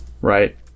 right